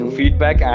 feedback